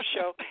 show